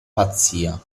pazzia